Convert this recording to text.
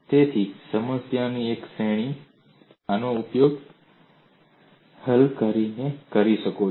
તેથી આ સમસ્યાની એક શ્રેણી છે તમે આનો ઉપયોગ કરીને હલ કરી શકો છો